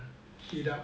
heat up